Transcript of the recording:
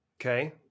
Okay